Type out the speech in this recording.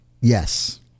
Yes